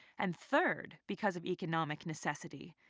and third, because of economic necessity.